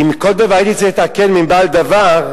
אם בכל דבר הייתי צריך להתעדכן מבעל דבר,